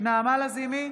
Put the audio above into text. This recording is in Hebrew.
נעמה לזימי,